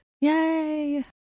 Yay